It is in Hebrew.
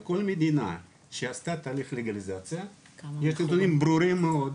על כל מדינה שעשתה תהליך לגליזציה יש נתונים ברורים מאוד,